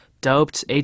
doped